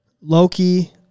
Loki